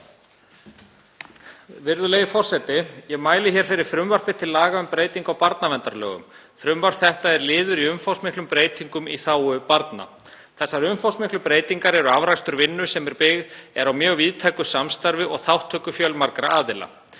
Virðulegi forseti. Ég mæli fyrir frumvarpi til laga um breytingu á barnaverndarlögum. Frumvarp þetta er liður í umfangsmiklum breytingum í þágu barna. Þessar umfangsmiklu breytingar eru afrakstur vinnu sem byggð er á mjög víðtæku samstarfi og þátttöku fjölmargra aðila.